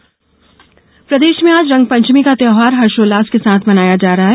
रंगपंचमी प्रदेश में आज रंगपंचमी का त्यौहार हर्षोल्लास के साथ मनाया जा रहा है